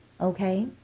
Okay